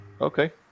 Okay